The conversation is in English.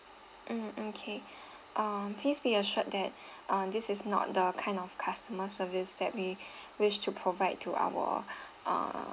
mm okay um please be assured that uh this is not the kind of customer service that we wish to provide to our uh